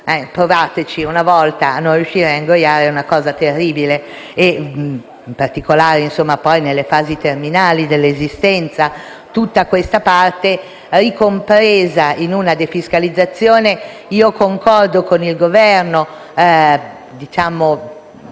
Provate una volta a non riuscire a ingoiare; è una cosa terribile e lo è in particolare nelle fasi terminali dell'esistenza. Tutta questa parte è ricompresa nella defiscalizzazione. Concordo con il Governo che